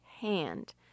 hand